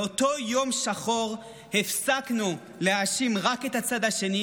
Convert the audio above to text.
באותו יום שחור הפסקנו להאשים רק את הצד השני